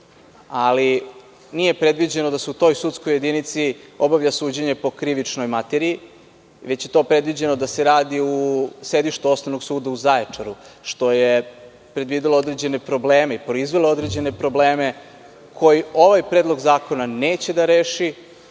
Nije predviđeno da se u toj sudskoj jedinici obavlja suđenje po krivičnoj materiji, već je to predviđeno da se radi u sedištu Osnovnog suda u Zaječaru, što je predvidelo određene probleme i proizvelo određene probleme koji ovaj predlog zakona neće da reši,